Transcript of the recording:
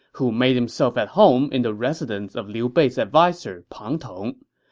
who made himself at home in the residence of liu bei's adviser pang tong.